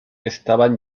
estaban